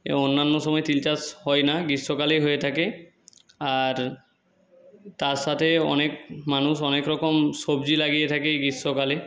এবং অন্যান্য সময় তিল চাষ হয় না গ্রীষ্মকালে হয়ে থাকে আর তার সাথে অনেক মানুষ অনেক রকম সবজি লাগিয়ে থাকে গ্রীষ্মকালে